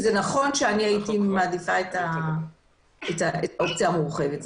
זה ברור שאני הייתי מעדיפה את האופציה המורחבת.